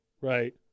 Right